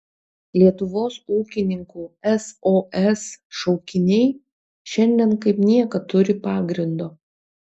lietuvos ūkininkų sos šaukiniai šiandien kaip niekad turi pagrindo